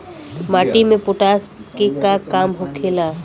माटी में पोटाश के का काम होखेला?